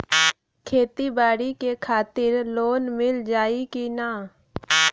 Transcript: खेती बाडी के खातिर लोन मिल जाई किना?